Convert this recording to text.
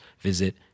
visit